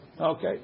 Okay